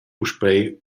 puspei